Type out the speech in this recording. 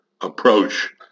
approach